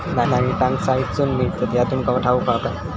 नाणी टांकसाळीतसून मिळतत ह्या तुमका ठाऊक हा काय